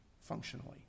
functionally